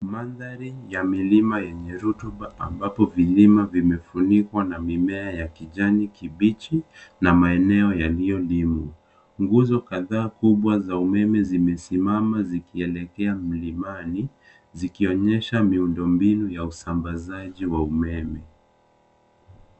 Mandhari ya milima yenye rutuba ambapo vilima vimefunikwa na mimea ya kijani kibichi na maeneo yaliyo dumu. Nguzo kadhaa za umeme zimesimama zikielekea mlimani zikionyesha miundo mbinu ya usambazaji wa umeme.